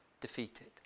defeated